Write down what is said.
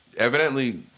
Evidently